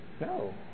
No